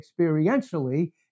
experientially